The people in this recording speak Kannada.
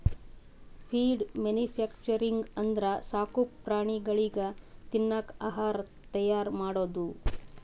ಫೀಡ್ ಮ್ಯಾನುಫ್ಯಾಕ್ಚರಿಂಗ್ ಅಂದ್ರ ಸಾಕು ಪ್ರಾಣಿಗಳಿಗ್ ತಿನ್ನಕ್ ಆಹಾರ್ ತೈಯಾರ್ ಮಾಡದು